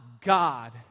God